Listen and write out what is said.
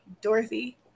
Dorothy